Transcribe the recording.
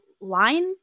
line